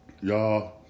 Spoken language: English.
Y'all